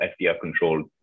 FDR-controlled